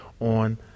on